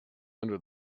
under